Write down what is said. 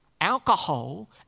alcohol